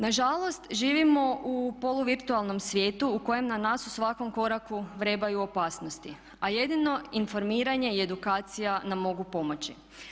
Na žalost živimo u polu virtualnom svijetu u kojem na nas u svakom koraku vrebaju opasnosti, a jedino informiranje i edukacija nam mogu pomoći.